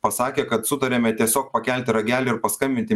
pasakė kad sutarėme tiesiog pakelti ragelį ir paskambinti